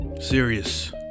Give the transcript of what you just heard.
serious